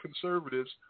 conservatives